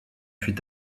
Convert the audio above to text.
fut